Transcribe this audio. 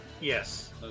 Yes